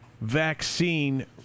vaccine